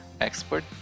expert